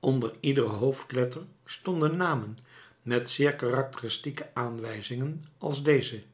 onder iedere hoofdletter stonden namen met zeer karakteristieke aanwijzingen als deze